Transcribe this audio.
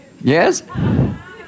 Yes